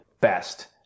best